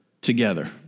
together